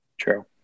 True